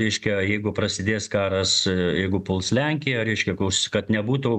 reiškia jeigu prasidės karas jeigu puls lenkiją reiškia kad nebūtų